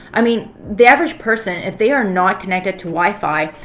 i mean, the average person, if they are not connected to wifi,